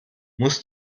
muss